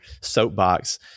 soapbox